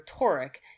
rhetoric